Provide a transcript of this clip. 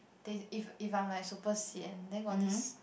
day if if I'm like super sian then got this